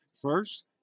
first